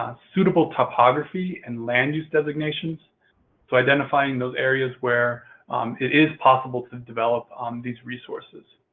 ah suitable topography and land use designations so, identifying those areas where it is possible to develop um these resources.